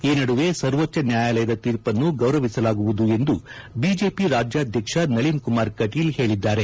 ಈ ನಡುವೆ ಸರ್ವೋಚ್ನ ನ್ಯಾಯಾಲಯದ ತೀರ್ಪನ್ನು ಗೌರವಿಸಲಾಗುವುದು ಎಂದು ಬಿಜೆಪಿ ರಾಜ್ಯಾದ್ಯಕ್ಷ ನಳಿನ್ ಕುಮಾರ್ ಕಟೀಲ್ ಹೇಳಿದ್ದಾರೆ